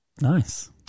Nice